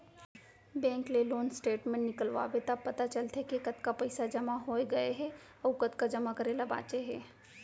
bank ले loan statement निकलवाबे त पता चलथे के कतका पइसा जमा हो गए हे अउ कतका जमा करे ल बांचे हे